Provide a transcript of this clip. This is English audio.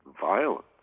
violence